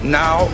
now